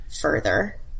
further